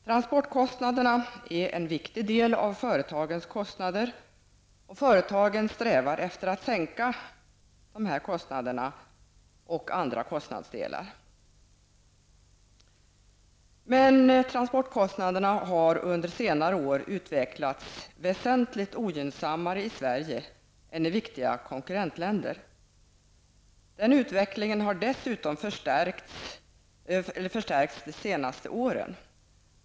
Transportkostnaderna är en viktig del av företagens kostnader, och företagen strävar efter att sänka denna och andra kostnadsdelar. Men transportkostnaderna har under senare år utvecklats väsentligt mer ogynnsamt i Sverige än i viktiga konkurrentländer. Den utvecklingen har dessutom förstärkts de senaste åren.